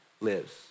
lives